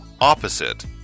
Opposite